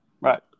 right